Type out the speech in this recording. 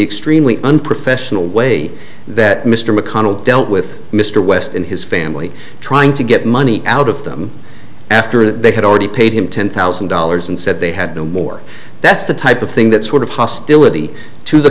extremely unprofessional way that mr mcconnell dealt with mr west and his family trying to get money out of them after they had already paid him ten thousand dollars and said they had no more that's the type of thing that sort of hostility to the